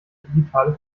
digitale